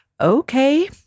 okay